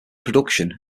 production